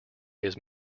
his